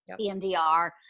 EMDR